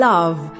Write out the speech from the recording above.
Love